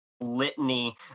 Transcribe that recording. litany